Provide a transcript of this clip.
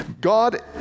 God